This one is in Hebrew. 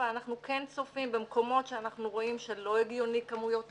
אנחנו כן צופים במקומות שאנחנו רואים שלא הגיוני כמויות הפסולות,